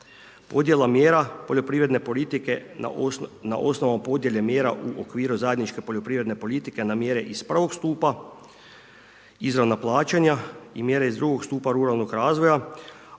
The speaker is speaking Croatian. Podjela mjera poljoprivredne politike na osnove podjele mjera u okviru zajedničke poljoprivredne politike na mjere iz 1. stupa, izravna plaćanja i mjere iz 2. stupa ruralnog razvoja,